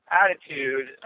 attitude